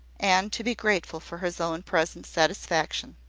and to be grateful for his own present satisfaction.